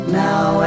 now